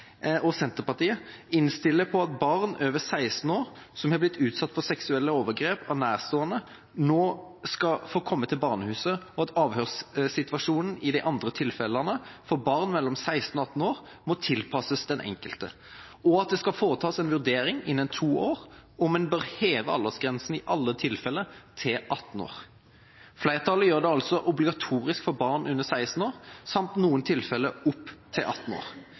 Senterpartiet innstiller på at barn over 16 år som er blitt utsatt for seksuelle overgrep av nærstående, nå skal få komme til barnehuset, og at avhørssituasjonen i de andre tilfellene for barn mellom 16 og 18 år må tilpasses den enkelte, og at det skal foretas en vurdering innen to år om en bør heve aldersgrensen i alle tilfeller til 18 år. Flertallet gjør det altså obligatorisk for barn under 16 år, samt noen tilfeller opp til 18 år